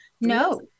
No